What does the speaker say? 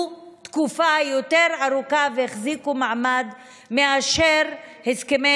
תקופה יותר ארוכה והחזיקו מעמד יותר מאשר הסכמי